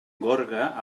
gorga